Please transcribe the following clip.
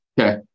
Okay